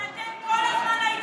אבל אתם כל הזמן הייתם נאורים.